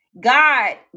god